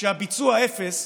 כשהביצוע אפס,